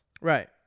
Right